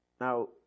Now